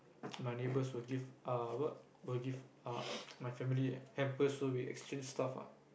my neighbors will give uh what will give uh my family hampers so we exchange stuff ah